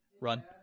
run